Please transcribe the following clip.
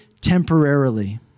temporarily